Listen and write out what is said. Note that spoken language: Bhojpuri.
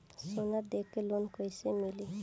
सोना दे के लोन कैसे मिली?